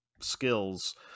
skills